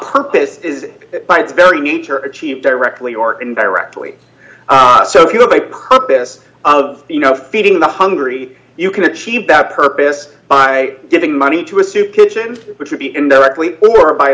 by its very nature achieved directly or indirectly so if you have a purpose you know feeding the hungry you can achieve that purpose by giving money to a soup kitchen which would be indirectly were by